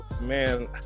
man